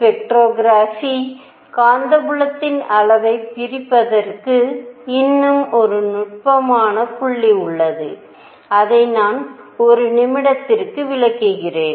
spectroscopy காந்தப்புலத்தின் அளவைப் பிரிப்பதற்கு இன்னும் ஒரு நுட்பமான புள்ளி உள்ளது அதை நான் ஒரு நிமிடத்தில் விளக்குகிறேன்